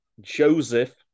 Joseph